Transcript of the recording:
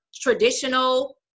traditional